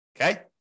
Okay